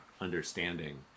understanding